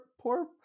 poor